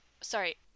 Sorry